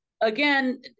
Again